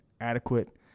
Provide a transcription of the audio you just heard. adequate